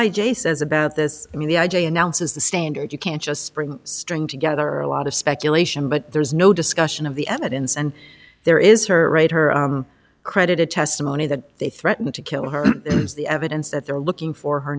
a says about this i mean the i j a announces the standard you can't just spring string together a lot of speculation but there's no discussion of the evidence and there is her right her credit a testimony that they threatened to kill her is the evidence that they're looking for her